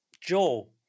Joe